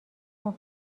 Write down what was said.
تهمت